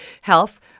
health